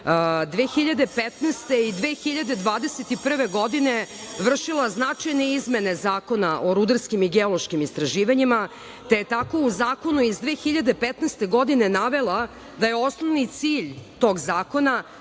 2015. i 2021. godine vršila značajne izmene Zakona o rudarskim i geološkim istraživanjima, te je tako u zakonu iz 2015. godine navela da je osnovni cilj tog zakona